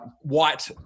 white